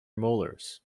molars